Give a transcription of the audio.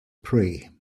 pray